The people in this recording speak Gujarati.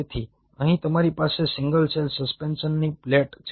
તેથી અહીં તમારી પાસે સિંગલ સેલ સસ્પેન્શનનો પેલેટ છે